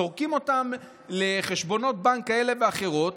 זורקים אותם לחשבונות בנק כאלה ואחרים,